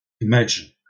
imagine